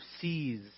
seize